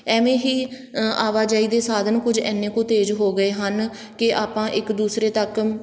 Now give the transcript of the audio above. ਇਵੇਂ ਹੀ ਆਵਾਜਾਈ ਦੇ ਸਾਧਨ ਕੁਝ ਇੰਨੇ ਕੁ ਤੇਜ਼ ਹੋ ਗਏ ਹਨ ਕਿ ਆਪਾਂ ਇੱਕ ਦੂਸਰੇ ਤੱਕ